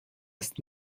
ist